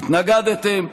התנגדתם,